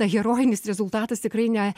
na herojinis rezultatas tikrai ne